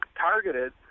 targeted